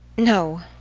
no,